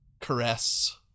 caress